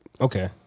Okay